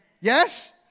Yes